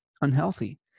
unhealthy